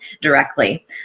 directly